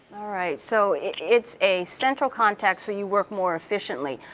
alright, so it's a central contact so you work more efficiently.